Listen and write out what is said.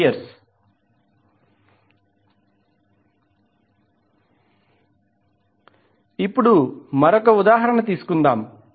78°A ఇప్పుడు మరొక ఉదాహరణ తీసుకుందాం